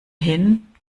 hin